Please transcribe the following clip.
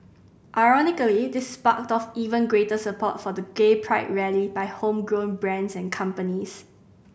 ironically this sparked off even greater support for the gay pride rally by homegrown brands and companies